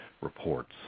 reports